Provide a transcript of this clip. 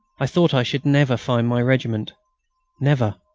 i thought i should never find my regiment never.